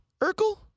Urkel